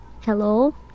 Hello